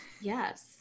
Yes